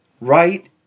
right